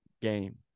game